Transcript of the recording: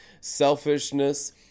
selfishness